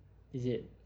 is it